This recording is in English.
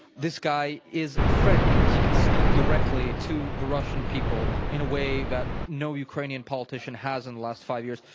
this guy is a threat because he can speak directly to the russian people in a way that no ukrainian politician has in the last five years.